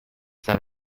ça